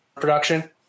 production